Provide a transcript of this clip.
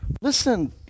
listen